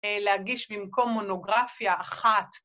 ‫להגיש במקום מונוגרפיה אחת